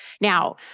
Now